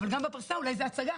אבל גם בפרסה אולי זו הצגה,